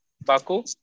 Baku